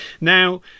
Now